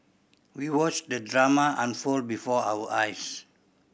we watched the drama unfold before our eyes